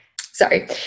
sorry